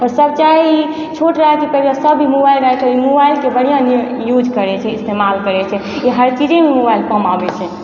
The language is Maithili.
आओर सब चाहय ई छोट सब मोबाइल राखि सकइए मोबाइलके बढ़िआँ यूज करय छै इस्तेमाल करय छै ओ हर चीजे मोबाइल परमे आबय छै